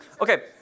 Okay